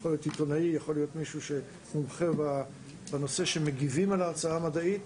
יכול להיות עיתונאי או מישהו מומחה בנושא שמגיבים על ההרצאה המדעית.